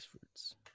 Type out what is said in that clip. fruits